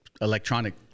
electronic